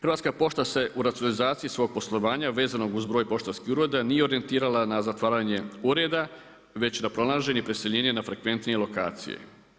Hrvatska pošta se u racionalizaciji svoga poslovanja vezanog uz broj poštanskih ureda nije orijentirala na zatvaranje ureda već na pronalaženje preseljenja na frekventnije lokacije.